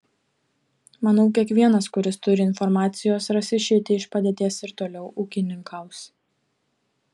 manau kiekvienas kuris turi informacijos ras išeitį iš padėties ir toliau ūkininkaus